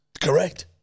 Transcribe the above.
Correct